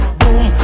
boom